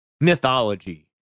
mythology